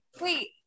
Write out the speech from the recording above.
Wait